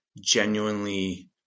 genuinely